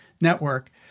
network